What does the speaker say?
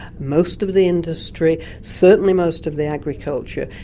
most of the industry, certainly most of the agriculture,